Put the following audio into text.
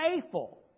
faithful